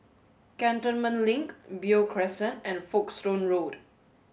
Cantonment Link Beo Crescent and Folkestone Road